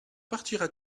partiras